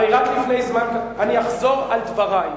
הרי רק לפני זמן קצר, אני אחזור על דברי,